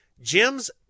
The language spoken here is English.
Jim's